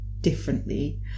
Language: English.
differently